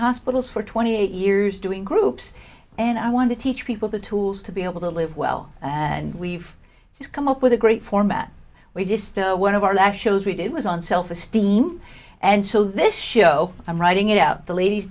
hospitals for twenty years doing groups and i want to teach people the tools to be able to live well and we've just come up with a great format we just one of our last shows we did was on self esteem and so this show i'm writing it out the ladies